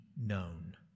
known